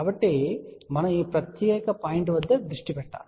కాబట్టి మనము ఈ ప్రత్యేక పాయింట్ వద్ద దృష్టి పెట్టాలి